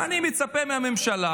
אני מצפה מהממשלה,